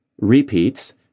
repeats